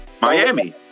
Miami